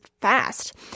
fast